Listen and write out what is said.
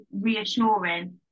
reassuring